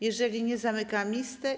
Jeżeli nie, zamykam listę.